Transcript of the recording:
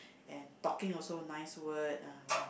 and talking also nice word ah yeah